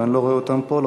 אבל אני לא רואה אותם פה,